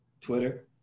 Twitter